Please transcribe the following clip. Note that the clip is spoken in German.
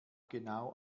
genau